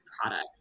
products